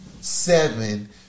seven